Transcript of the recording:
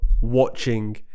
watching